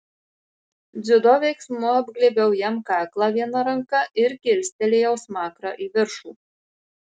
dziudo veiksmu apglėbiau jam kaklą viena ranka ir kilstelėjau smakrą į viršų